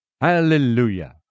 Hallelujah